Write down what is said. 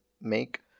Make